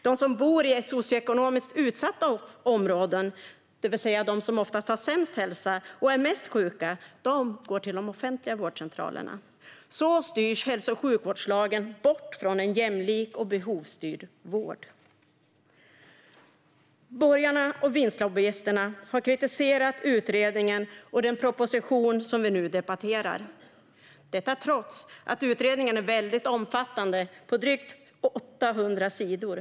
De som bor i socioekonomiskt utsatta områden, det vill säga de som har sämst hälsa och är sjukast, går till offentliga vårdcentraler. Så styr hälso och sjukvårdslagen bort från en jämlik och behovsstyrd vård. Borgarna och vinstlobbyisterna har kritiserat utredningen och den proposition som vi nu debatterar. Detta gör de trots att utredningen är väldigt omfattande med drygt 800 sidor.